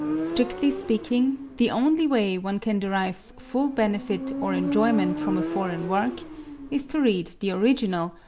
strictly speaking, the only way one can derive full benefit or enjoyment from a foreign work is to read the original,